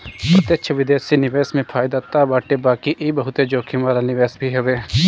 प्रत्यक्ष विदेशी निवेश में फायदा तअ बाटे बाकी इ बहुते जोखिम वाला निवेश भी हवे